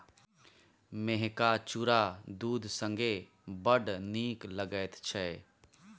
मेहका चुरा दूध संगे बड़ नीक लगैत छै